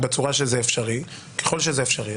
בכל פעם שמישהו יציג חוק תיאורטי שהכנסת תחוקק,